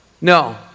no